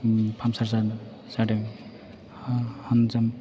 puncture जादों